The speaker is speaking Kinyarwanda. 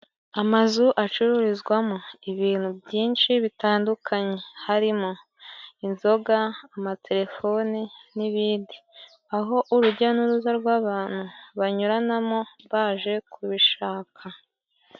Amazu acururizwamo ibintu byinshi bitandukanye harimo: inzoga, amatelefone n'ibindi, aho urujya n'uruza rw'abantu banyuranamo baje kubishaka.